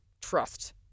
Trust